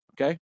Okay